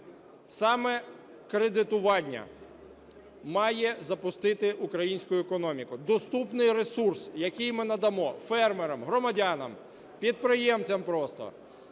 Саме кредитування має запустити українську економіку, доступний ресурс, який ми надамо фермерам, громадянам, підприємцям просто.